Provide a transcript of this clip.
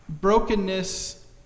Brokenness